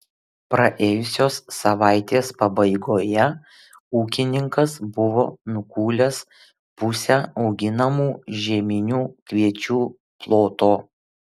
praėjusios savaitės pabaigoje ūkininkas buvo nukūlęs pusę auginamų žieminių kviečių ploto